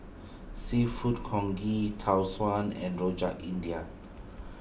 Seafood Congee Tau Suan and Rojak India